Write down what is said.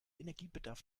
energiebedarf